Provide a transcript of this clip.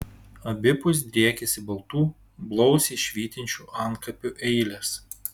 abipus driekėsi baltų blausiai švytinčių antkapių eilės